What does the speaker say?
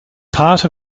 part